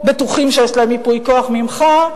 בטוחים שיש להם ייפוי כוח ממך,